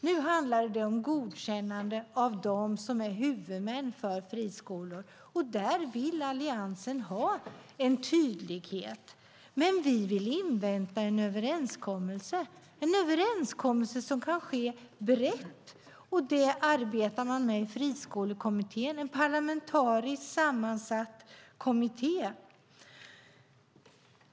Nu handlar det om godkännande av dem som är huvudmän för friskolor, och här vill Alliansen ha en tydlighet. Vi vill dock invänta en överenskommelse som kan ske brett, och detta arbetar man med i den parlamentariskt sammansatta Friskolekommittén.